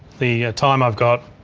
the time i've got,